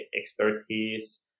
expertise